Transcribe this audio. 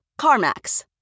CarMax